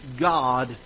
God